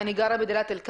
אני גרה בדליית אל כרמל,